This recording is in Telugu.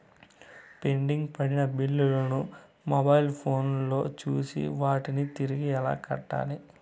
పెండింగ్ పడిన బిల్లులు ను మొబైల్ ఫోను లో చూసి వాటిని తిరిగి ఎలా కట్టాలి